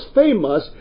famous